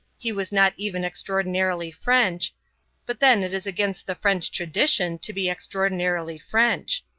he was not even extraordinarily french but then it is against the french tradition to be extraordinarily french.